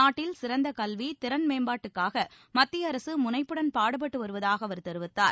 நாட்டில் சிறந்த கல்வி திறன் மேம்பாட்டுக்காக மத்திய அரசு முனைப்புடன் பாடுபட்டு வருவதாக அவர் தெரிவித்தார்